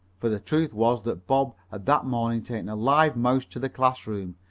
for the truth was that bob had that morning taken a live mouse to the classroom,